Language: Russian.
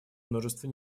множество